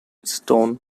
stone